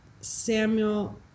Samuel